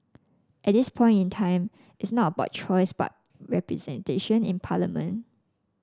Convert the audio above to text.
at this point in time it's not about choice but representation in parliament